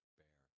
bear